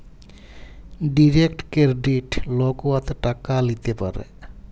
direct credit লক উয়াতে টাকা ল্যিতে পারে